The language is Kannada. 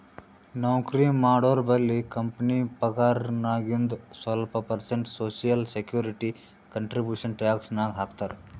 ನೌಕರಿ ಮಾಡೋರ್ಬಲ್ಲಿ ಕಂಪನಿ ಪಗಾರ್ನಾಗಿಂದು ಸ್ವಲ್ಪ percent social security contribution tax ನಾಗ್ ಹಾಕ್ತಾರ್